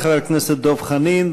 חבר הכנסת דב חנין,